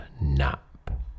nap